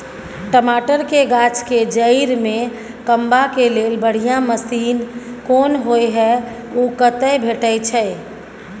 टमाटर के गाछ के जईर में कमबा के लेल बढ़िया मसीन कोन होय है उ कतय भेटय छै?